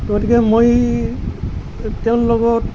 গতিকে মই তেওঁৰ লগত